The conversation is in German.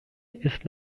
ist